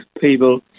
people